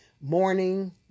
morning